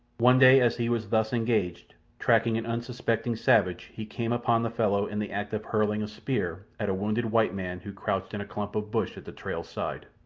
one day as he was thus engaged, tracking an unsuspecting savage, he came upon the fellow in the act of hurling a spear at a wounded white man who crouched in a clump of bush at the trail's side.